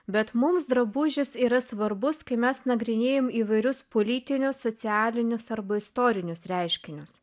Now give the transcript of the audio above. bet mums drabužis yra svarbus kai mes nagrinėjam įvairius politinius socialinius arba istorinius reiškinius